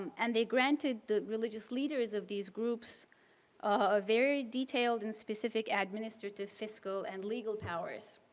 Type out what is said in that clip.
and they granted the religious leaders of these groups ah very detailed and specific administrative fiscal and legal powers.